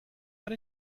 what